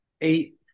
eight